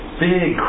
big